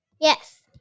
Yes